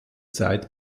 zeit